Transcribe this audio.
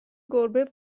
گربه